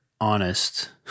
honest